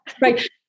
Right